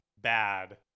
bad